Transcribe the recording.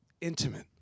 intimate